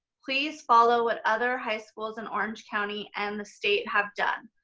please follow what other high schools in orange county and the state have done.